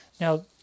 Now